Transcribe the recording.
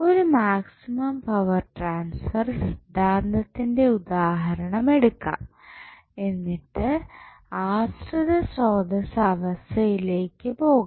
ഒരു maximum power transfer സിദ്ധാന്തത്തിന്റെ ഉദാഹരണമെടുക്കാം എന്നിട്ട് ആശ്രിത സ്രോതസ്സ് അവസ്ഥയിലേക്ക് പോകാം